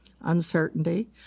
uncertainty